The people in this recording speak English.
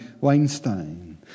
Weinstein